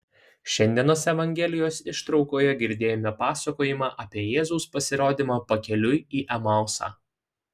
šiandienos evangelijos ištraukoje girdėjome pasakojimą apie jėzaus pasirodymą pakeliui į emausą